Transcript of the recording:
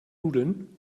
nudeln